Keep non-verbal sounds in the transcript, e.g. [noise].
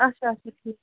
آچھا آچھا [unintelligible]